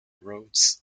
roads